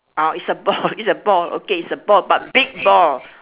ah it's a ball it's a ball okay it's a ball but big ball